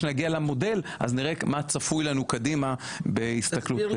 כשנגיע למודל נראה מה צפוי לנו קדימה בהסתכלות קדימה.